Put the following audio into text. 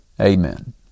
Amen